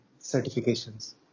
certifications